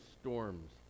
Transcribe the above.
storms